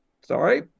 sorry